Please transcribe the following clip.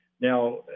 Now